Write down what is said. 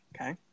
Okay